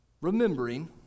remembering